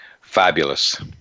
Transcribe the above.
fabulous